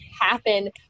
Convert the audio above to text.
happen